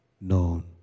known